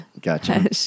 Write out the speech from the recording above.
Gotcha